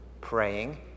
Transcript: Praying